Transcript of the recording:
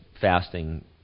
fasting